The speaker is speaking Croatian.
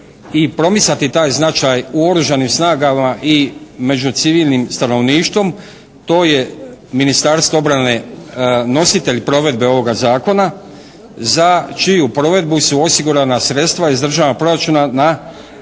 pomicati taj značaj u Oružanim snagama i među civilnim stanovništvom to je Ministarstvo obrane nositelj provedbe ovoga zakona za čiju provedbu su osigurana sredstva iz državnog proračuna na računu